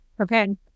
okay